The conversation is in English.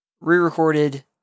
re-recorded